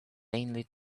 inanely